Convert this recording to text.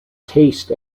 taste